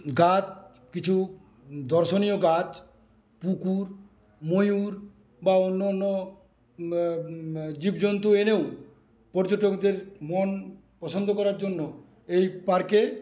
গাছ কিছু দর্শনীয় গাছ পুকুর ময়ূর বা অন্য অন্য জীবজন্তু এনেও পর্যটকদের মন পছন্দ করার জন্য এই পার্কে